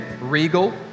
regal